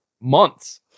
months